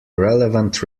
relevant